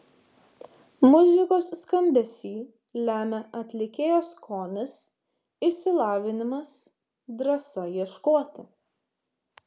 muzikos skambesį lemia atlikėjo skonis išsilavinimas drąsa ieškoti